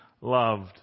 loved